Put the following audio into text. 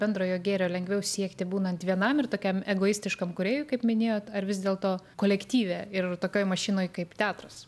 bendrojo gėrio lengviau siekti būnant vienam ir tokiam egoistiškam kūrėjui kaip minėjot ar vis dėlto kolektyve ir tokioj mašinoj kaip teatras